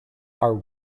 are